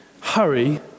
hurry